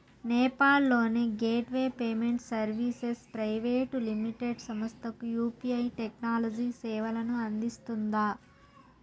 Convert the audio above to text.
నేపాల్ లోని gateway payment services private limited సంస్థకు UPI technology సేవలను అందిస్తుందా?